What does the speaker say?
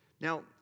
Now